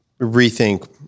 rethink